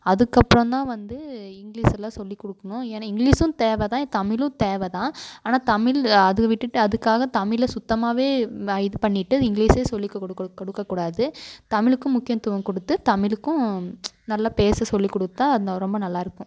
அதுக்கப்புறம்தான் வந்து இங்கிலீஸ் எல்லாம் சொல்லி கொடுக்கணும் ஏன்னால் இங்கிலீஸும் தேவைதான் தமிழும் தேவைதான் ஆனால் தமிழ் அது விட்டுவிட்டு அதுக்காக தமிழை சுத்தமாகவே இது பண்ணிவிட்டு இங்கிலீஸே சொல்லி கொடுக்க கொடுக்கக்கூடாது தமிழுக்கும் முக்கியத்துவம் கொடுத்து தமிழுக்கும் நல்ல பேச சொல்லிக் கொடுத்தா அந்த ரொம்ப நல்லா இருக்கும்